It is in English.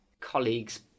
colleagues